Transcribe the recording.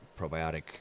probiotic